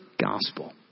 gospel